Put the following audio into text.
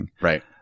Right